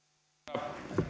arvoisa